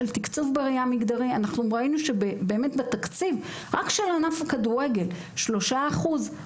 קידום מוגנות בספורט ומרחב מוגן בספורט כתנאי